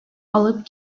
алып